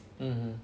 mmhmm